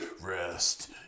Rest